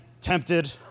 tempted